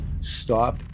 stop